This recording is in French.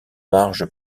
marge